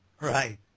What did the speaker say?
right